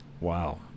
wow